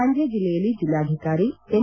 ಮಂಡ್ಡ ಜಿಲ್ಲೆಯಲ್ಲಿ ಜಿಲ್ಲಾಧಿಕಾರಿ ಎನ್